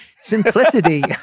Simplicity